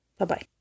Bye-bye